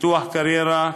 פיתוח קריירה,